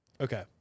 Okay